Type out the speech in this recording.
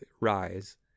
rise